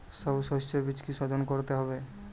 সব শষ্যবীজ কি সোধন করতে হবে?